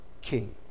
king